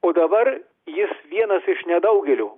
o dabar jis vienas iš nedaugelio